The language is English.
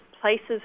places